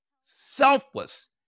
selfless